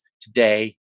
today